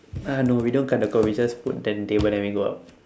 uh no we don't cut the call we just put then table then we go out